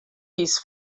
his